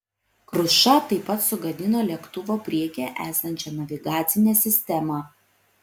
kruša taip pat sugadino lėktuvo priekyje esančią navigacinę sistemą